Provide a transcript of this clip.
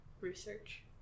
research